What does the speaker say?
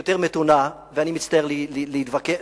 יותר מתונה, ואני מצטער להיווכח